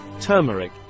turmeric